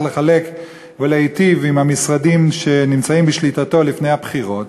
לחלק ולהיטיב עם המשרדים שנמצאים בשליטתו לפני הבחירות.